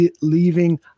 leaving